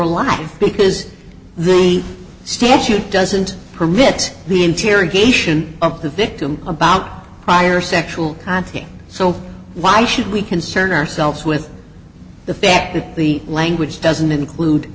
alive because the statute doesn't permit the interrogation of the victim about prior sexual contact so why should we concern ourselves with the fact that the language doesn't include